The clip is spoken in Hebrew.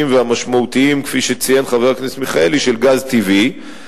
כפי שציין חבר הכנסת מיכאלי, הוא